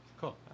Cool